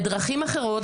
בחומר,